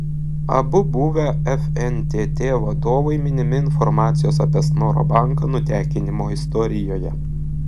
abu buvę fntt vadovai minimi informacijos apie snoro banką nutekinimo istorijoje